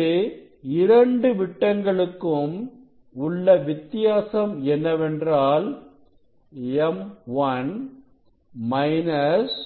இங்கு இரண்டு விட்டங்களுக்கும் உள்ள வித்தியாசம் என்னவென்றால் m 1 மைனஸ்